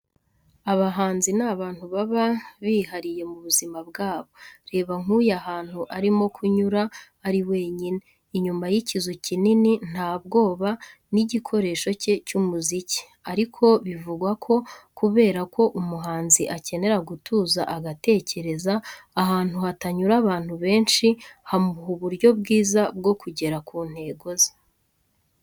Abahanzi ni abantu baba bihariye mu buzima bwabo, reba nk'uyu ahantu arimo kunyura ari wenyine, inyuma y'ikizu kinini nta bwoba n'igikoresho cye cy'umuziki, ariko bivugwa ko kubera ko umuhanzi akenera gutuza agatekereza, ahantu hatanyura abantu benshi, hamuha uburyo bwiza bwo kugera ku ntego ze.